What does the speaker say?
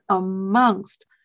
amongst